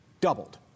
doubled